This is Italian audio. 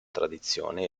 tradizione